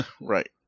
Right